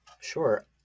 Sure